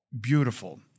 beautiful